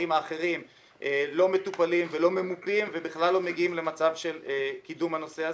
האחרים לא מטופלים ולא ממופים ובכלל לא מגיעים למצב של קידום הנושא הזה.